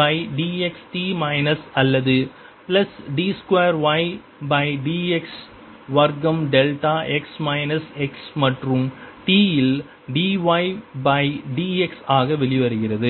by dx t minus அல்லது plus d 2 y by d x வர்க்கம் delta x minus x மற்றும் t இல் dy by dx ஆக வெளிவருகிறது